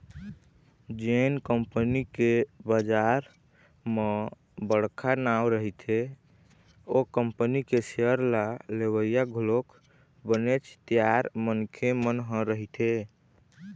जेन कंपनी के बजार म बड़का नांव रहिथे ओ कंपनी के सेयर ल लेवइया घलोक बनेच तियार मनखे मन ह रहिथे